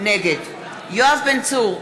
נגד יואב בן צור,